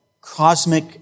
cosmic